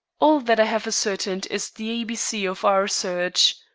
all that i have ascertained is the a b c of our search.